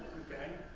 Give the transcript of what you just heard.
okay?